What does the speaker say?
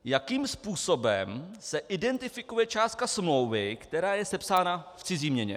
Jakým způsobem se identifikuje částka smlouvy, která je sepsána v cizí měně.